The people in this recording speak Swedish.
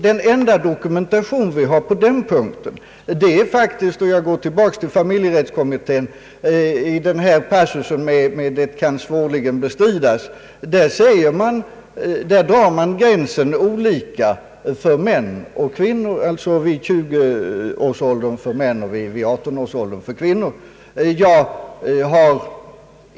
Den enda dokumentation vi har på denna punkt är passusen »Det kan svårligen bestridas» i familjerättskommitténs betänkande. Där drar man gränsen olika för män och kvinnor — vid 20 år för män och 18 år för kvinnor.